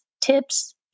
tips